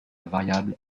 variable